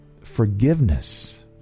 forgiveness